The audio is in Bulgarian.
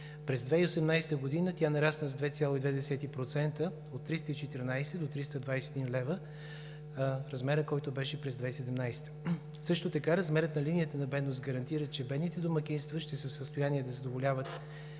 През 2018 г. тя нарасна с 2,2% от 3,14 до 321 лв. – размерът, който беше през 2017 г. Също така размерът на линията на бедност гарантира, че бедните домакинства ще са в състояние да задоволяват